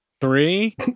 three